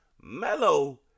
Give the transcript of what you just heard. Melo